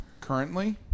Currently